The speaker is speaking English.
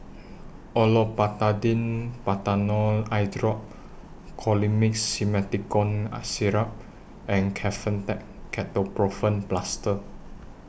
Olopatadine Patanol Eyedrop Colimix Simethicone Syrup and Kefentech Ketoprofen Plaster